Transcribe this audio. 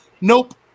Nope